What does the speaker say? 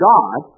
God